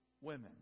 women